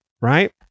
right